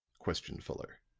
questioned fuller.